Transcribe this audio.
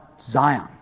Zion